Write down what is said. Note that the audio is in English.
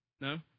No